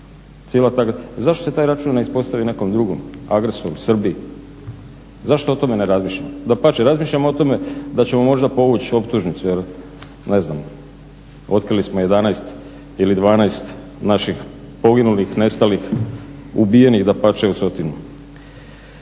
zašto se taj račun ne ispostavi nekom drugom, agresoru, Srbiji? Zašto o tome ne razmišljamo? Dapače, razmišljamo o tome da ćemo možda povuć optužnicu jer ne znam otkrili smo 11 ili 12 naših poginulih, nestalih, ubijenih dapače u